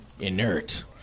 Inert